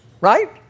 right